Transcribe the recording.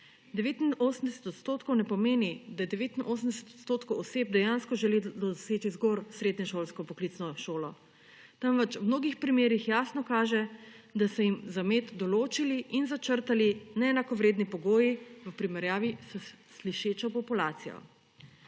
ne pomeni, da je 89 odstotkov oseb dejansko želelo doseči zgolj srednješolsko poklicno šolo, temveč v mnogih primerih jasno kaže, da se jim zamet določili in začrtali neenakovredni pogoji v primerjavi s slišečo populacijo.